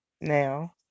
Now